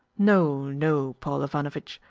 no, no, paul ivanovitch.